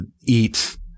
eat